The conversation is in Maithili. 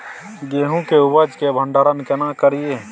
गेहूं के उपज के भंडारन केना करियै?